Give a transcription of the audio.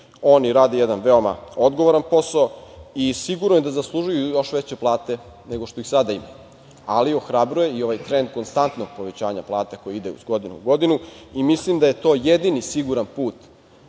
oni rade jedan veoma odgovoran posao i sigurno je da zaslužuju još veće plate nego što ih sada imaju, ali ohrabruje i ovaj trend konstantnog povećanja plate koji ide iz godine u godinu i mislim da je to jedini siguran put